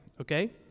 okay